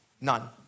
None